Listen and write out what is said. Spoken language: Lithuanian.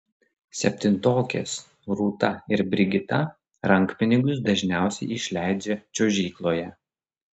septintokės rūta ir brigita rankpinigius dažniausiai išleidžia čiuožykloje